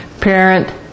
Parent